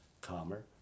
calmer